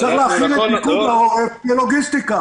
צריך להכין את פיקוד העורף ללוגיסטיקה.